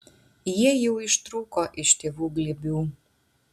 jie jau ištrūko iš tėvų glėbių